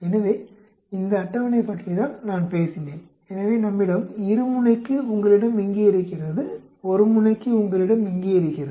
எனவே இந்த அட்டவணை பற்றிதான் நான் பேசினேன் எனவே நம்மிடம் இருமுனைக்கு உங்களிடம் இங்கே இருக்கிறது ஒருமுனைக்கு உங்களிடம் இங்கே இருக்கிறது